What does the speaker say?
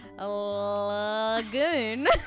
Lagoon